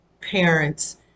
parents